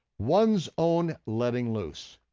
one's own letting loose.